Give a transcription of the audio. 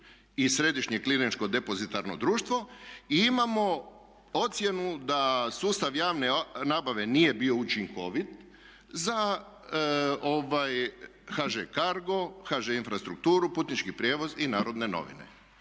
i Središnje klirinško depozitarno društvo i imamo ocjenu da sustav javne nabave nije bio učinkovit za HŽ CARGO, HŽ Infrastrukturu, Putnički prijevoz i Narodne novine.